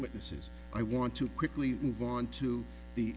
witnesses i want to quickly move on to the